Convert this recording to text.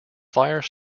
fire